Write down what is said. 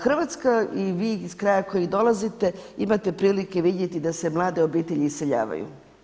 Hrvatska i vi iz kraja iz kojeg dolazite imate prilike vidjeti da se mlade obitelji iseljavaju.